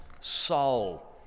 soul